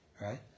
Right